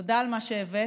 תודה על מה שהבאת,